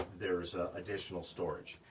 there's additional storage.